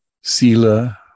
sila